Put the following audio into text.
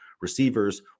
receivers